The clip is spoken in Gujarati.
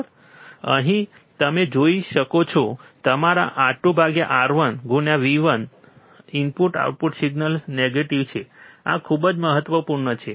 તમે અહીં જોઈ શકો છો તમારા R2 R1 V1 input output signals negative છે આ ખૂબ જ મહત્વપૂર્ણ છે